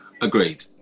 Agreed